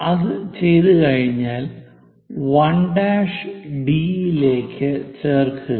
അത് ചെയ്തുകഴിഞ്ഞാൽ 1' ഡി യിലേക്ക് ചേർക്കുക